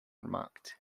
remarked